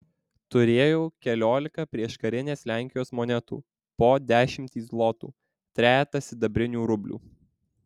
turėjau keliolika prieškarinės lenkijos monetų po dešimtį zlotų trejetą sidabrinių rublių